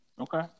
Okay